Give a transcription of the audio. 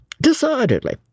Decidedly